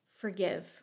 forgive